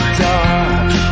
dark